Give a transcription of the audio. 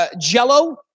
Jello